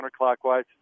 counterclockwise